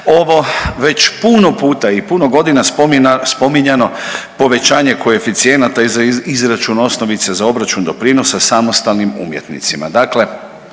ovo već puno puta i puno godina spominjano povećanje koeficijenata za izračun osnovice za obračun doprinosa samostalnim umjetnicima.